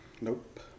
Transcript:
Nope